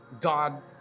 God